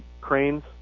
cranes